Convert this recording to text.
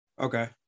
Okay